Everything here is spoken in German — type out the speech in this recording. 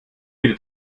bitte